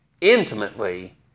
intimately